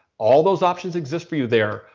all those options exist for you there,